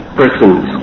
persons